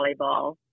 volleyball